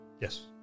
Yes